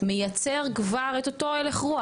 מייצר כבר את אותו הלך רוח,